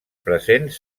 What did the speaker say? presents